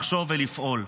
לחשוב ולפעול.